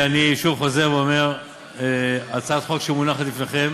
אני חוזר ואומר, הצעת חוק שמונחת בפניכם